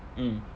mm